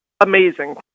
amazing